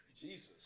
Jesus